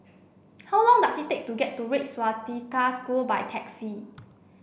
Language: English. how long does it take to get to Red Swastika School by taxi